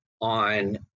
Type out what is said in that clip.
on